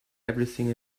everything